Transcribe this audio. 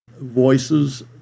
voices